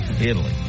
Italy